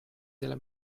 della